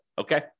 Okay